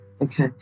Okay